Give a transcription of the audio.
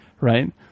Right